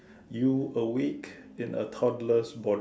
you awake in a toddler's body